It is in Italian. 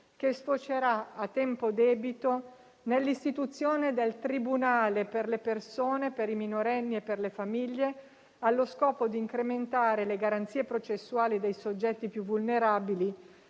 che sfocerà a tempo debito nell'istituzione del tribunale per le persone, per i minorenni e per le famiglie, allo scopo di incrementare le garanzie processuali dei soggetti più vulnerabili